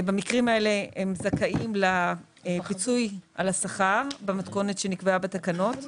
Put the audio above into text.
במקרים האלה הם זכאים לפיצוי על השכר במתכונת שנקבעה בתקנות.